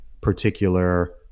particular